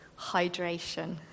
hydration